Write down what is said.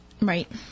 Right